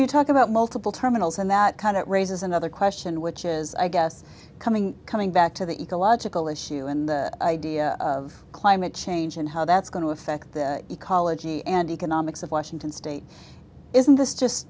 you talk about multiple terminals and that kind of raises another question which is i guess coming coming back to the ecological issue in the idea of climate change and how that's going to affect the ecology and economics of washington state isn't this just